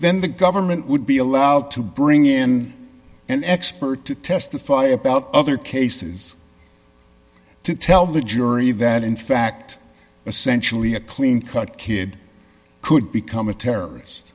then the government would be allowed to bring in an expert to testify about other cases to tell the jury that in fact essentially a clean cut kid could become a terrorist